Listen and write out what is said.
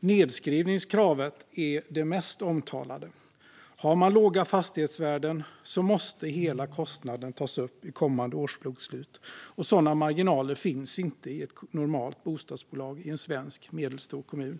Nedskrivningskravet är det mest omtalade. Har man låga fastighetsvärden måste hela kostnaden tas upp i kommande årsbokslut, och sådana marginaler finns inte i ett normalt bostadsbolag i en svensk medelstor kommun.